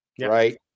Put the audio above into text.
Right